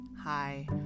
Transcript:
Hi